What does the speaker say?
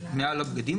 מעל הבגדים,